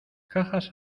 cajas